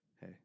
Hey